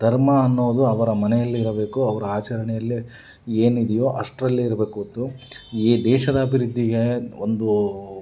ಧರ್ಮ ಅನ್ನೋದು ಅವರ ಮನೆಯಲ್ಲಿ ಇರಬೇಕು ಅವರ ಆಚರಣೆಯಲ್ಲಿ ಏನಿದೆಯೋ ಅಷ್ಟರಲ್ಲಿ ಇರ್ಬೇಕು ಹೊರ್ತು ಈ ದೇಶದ ಅಭಿವೃದ್ಧಿಗೆ ಒಂದು